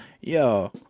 yo